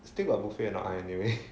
still got buffet or not ah anyway